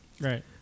Right